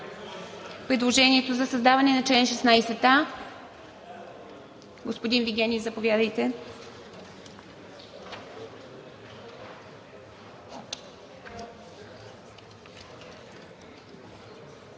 предложението за създаване на чл. 16а? Господин Вигенин, заповядайте.